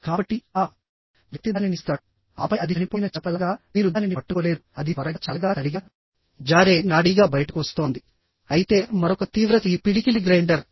కాబట్టి ఆ వ్యక్తి దానిని ఇస్తాడు ఆపై అది చనిపోయిన చేప లాగా మీరు దానిని పట్టుకోలేరు అది త్వరగా చల్లగా తడిగా జారే నాడీగా బయటకు వస్తోంది అయితే మరొక తీవ్రత ఈ పిడికిలి గ్రైండర్